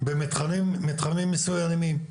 במתחמים מסוימים.